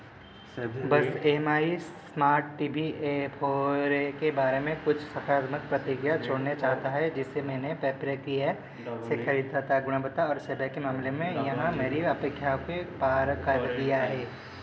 बस M I smart T V A four A के बारे में कुछ सकारात्मक प्रतिक्रिया छोड़ने चाहता है जिसे मैंने पेपरेफ़िए से खरीदा था गुणवत्ता और सेवा के मामले में यह मेरी अपेक्षाओं के पार कर दिया हे